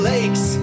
Lakes